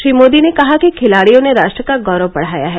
श्री मोदी ने कहा कि खिलाडियों ने राष्ट्र का गौरव बढ़ाया है